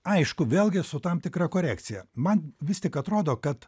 aišku vėlgi su tam tikra korekcija man vis tik atrodo kad